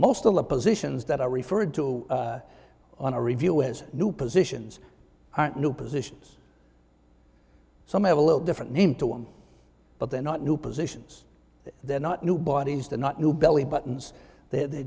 most of the positions that are referred to on a review as new positions aren't new positions some have a little different name to him but they're not new positions they're not new bodies they're not new belly buttons they're